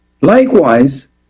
Likewise